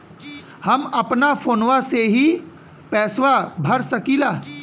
हम अपना फोनवा से ही पेसवा भर सकी ला?